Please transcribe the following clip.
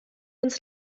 ins